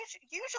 Usually